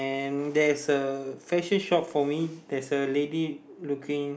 and there is a fashion shop for me there's a lady looking